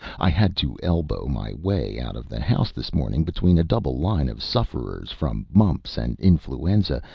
i had to elbow my way out of the house this morning between a double line of sufferers from mumps and influenza,